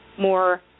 more